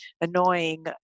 annoying